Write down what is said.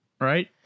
Right